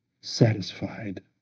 satisfied